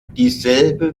dieselbe